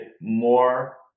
more